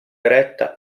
eretta